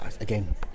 Again